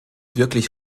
wirklich